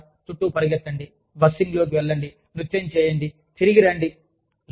మరియు మీకు తెలుసా చుట్టూ పరుగెత్తండి బస్సింగ్లోకి వెళ్లండి నృత్యం చేయండి తిరిగి రండి